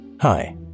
Hi